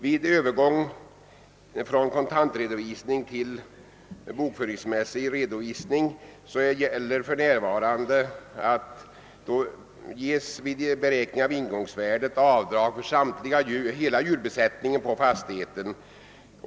Vid övergång från kontantredovisning till bokföringsmässig redovisning ges vid beräkning av ingångsvärdet avdrag för hela djurbesättningen på fastigheten.